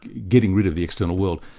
getting rid of the external world.